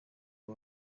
ngo